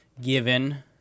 given